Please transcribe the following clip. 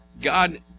God